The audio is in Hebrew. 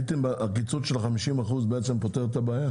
הקיצוץ של ה- 50% בעצם פותר את הבעיה?